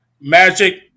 magic